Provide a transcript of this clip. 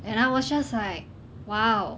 and I was just like !wow!